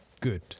good